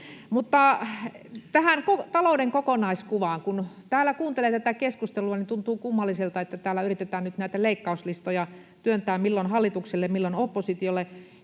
Mutta tähän talouden kokonaiskuvaan: Kun täällä kuuntelee keskustelua, tuntuu kummalliselta, että täällä yritetään nyt näitä leikkauslistoja työntää milloin hallitukselle, milloin oppositiolle.